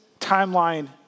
timeline